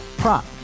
Prop